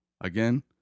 Again